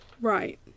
Right